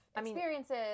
experiences